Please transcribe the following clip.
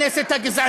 כרתו אתו